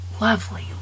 lovely